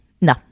no